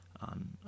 On